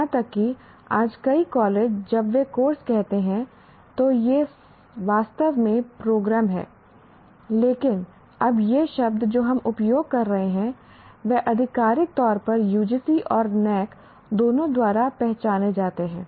यहां तक कि आज कई कॉलेज जब वे कोर्स कहते हैं तो यह वास्तव में प्रोग्राम है लेकिन अब ये शब्द जो हम उपयोग कर रहे हैं वे आधिकारिक तौर पर UGC और NAAC दोनों द्वारा पहचाने जाते हैं